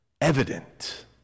evident